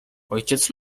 ojciec